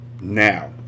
now